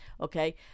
Okay